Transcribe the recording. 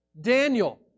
Daniel